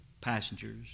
passengers